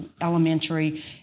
elementary